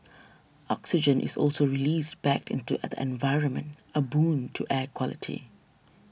oxygen is also released back into the environment a boon to air quality